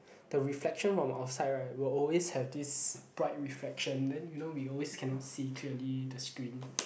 the reflection from outside right will always have this bright refraction then you know we always cannot see clearly the screen